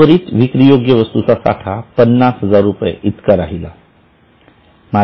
उर्वरित विक्रीयोग्य वस्तूंचा साठा ५०००० इतका राहिला